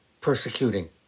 persecuting